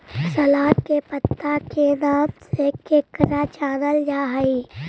सलाद के पत्ता के नाम से केकरा जानल जा हइ?